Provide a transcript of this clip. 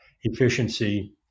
efficiency